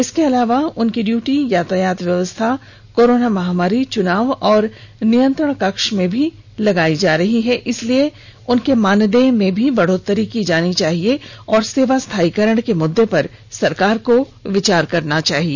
इसके अलावा उनकी ड्यूटी यातायात व्यवस्था कोरोना महामारी चुनाव और नियंत्रण कक्ष में भी लगाई जा रही है इसलिए मानदेय में बढ़ोत्तरी होनी चाहिए और सेवा स्थायीकरण के मुद्दे पर सरकार को विचार करना चाहिए